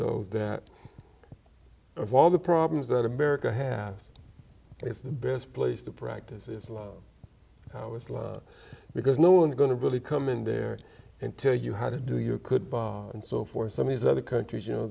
though that of all the problems that america has it's the best place to practice islam how islam because no one's going to really come in there and tell you how to do you could and so for some of these other countries you know